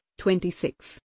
26